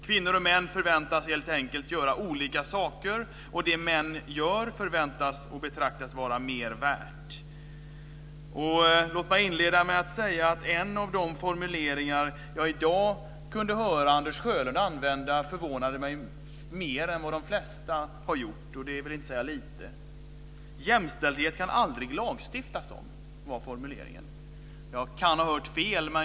Kvinnor och män förväntas helt enkelt göra olika saker, och det män gör förväntas och betraktas vara mer värt. Låt mig inleda med att säga att en av de formuleringar jag i dag kunde höra Anders Sjölund använda förvånade mig mer än vad de flesta har gjort, och det vill inte säga lite. Jämställdhet kan aldrig lagstiftas om, var formuleringen. Jag kan har hört fel.